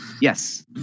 Yes